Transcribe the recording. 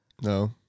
No